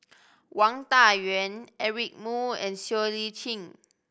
Wang Dayuan Eric Moo and Siow Lee Chin